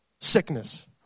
sickness